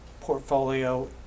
portfolio